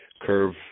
curve